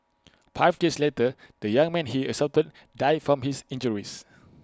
five days later the young man he assaulted died from his injuries